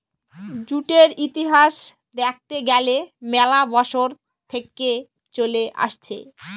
জুটের ইতিহাস দ্যাখতে গ্যালে ম্যালা বসর থেক্যে চলে আসছে